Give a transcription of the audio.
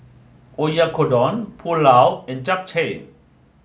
Oyakodon Pulao and Japchae